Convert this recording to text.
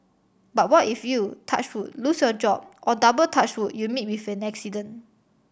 but what if you touch wood lose your job or double touch wood you meet with an accident